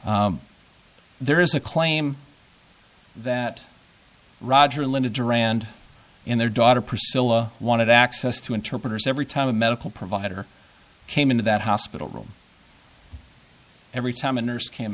act there is a claim that roger linda duran and their daughter priscilla wanted access to interpreters every time a medical provider came into that hospital room every time a nurse came